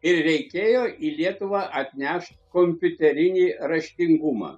ir reikėjo į lietuvą atnešt kompiuterinį raštingumą